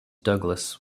douglass